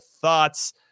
thoughts